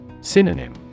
Synonym